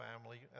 family